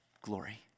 glory